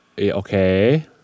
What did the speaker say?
Okay